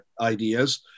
ideas